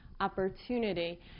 opportunity